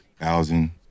Thousand